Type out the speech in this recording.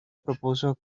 propuso